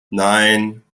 nein